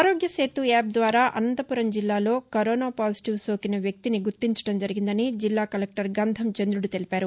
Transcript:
ఆరోగ్య సేతు యాప్ ద్వారా అనంతపురం జిల్లాలో కరోనా పాజిటివ్ సోకిన వ్యక్తిని గుర్తించడం జరిగిందని జిల్లా కలెక్లర్ గంధం చందుడు తెలిపారు